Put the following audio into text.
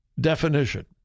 definition